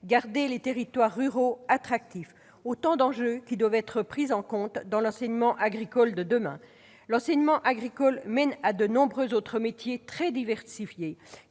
garder les territoires ruraux attractifs. Autant d'enjeux qui devront être pris en compte dans l'enseignement agricole de demain. Cet enseignement agricole mène à de nombreux autres métiers très diversifiés